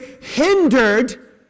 hindered